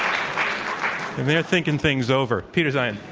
um they're thinking things over. peter zeihan.